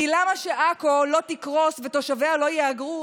כי למה שעכו לא תקרוס ותושביה לא יהגרו